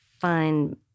find